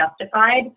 justified